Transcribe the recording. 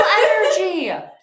energy